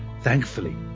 Thankfully